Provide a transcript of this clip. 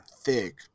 thick